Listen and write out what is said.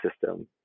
system